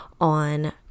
on